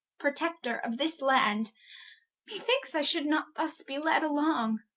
protector of this land me thinkes i should not thus be led along,